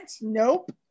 Nope